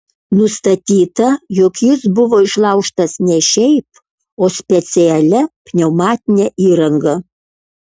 nustatyta jog jis buvo išlaužtas ne šiaip o specialia pneumatine įranga